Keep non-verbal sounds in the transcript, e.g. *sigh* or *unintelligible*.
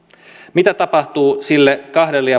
mitä tapahtuu sille kahdelle *unintelligible*